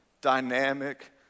dynamic